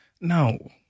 No